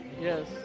Yes